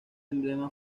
emblema